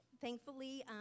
Thankfully